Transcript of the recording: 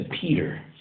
Peter